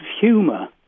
humour